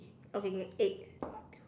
okay then eight